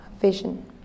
vision